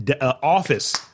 office